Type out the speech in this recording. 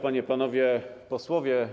Panie i Panowie Posłowie!